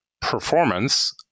performance